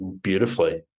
beautifully